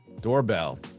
doorbell